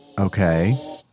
Okay